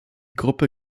gruppe